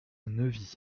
neuvy